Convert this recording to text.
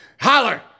Holler